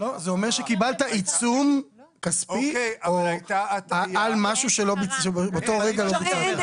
זה אומר שקיבלת עיצום כספי על משהו באותו רגע לא ביצעת.